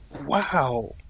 Wow